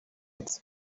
its